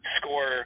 score